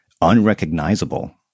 unrecognizable